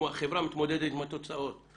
החברה מתמודדת עם התוצאות.